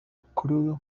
crudo